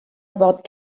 about